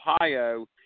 Ohio